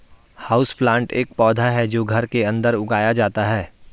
houseplant एक पौधा है जो घर के अंदर उगाया जाता है